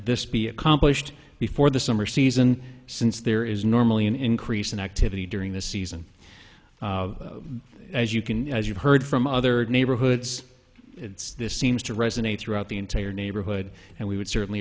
this be accomplished before the summer season since there is normally an increase in activity during the season as you can as you've heard from other neighborhoods it's this seems to resonate throughout the entire neighborhood and we would certainly